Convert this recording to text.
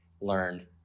learned